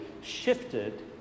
shifted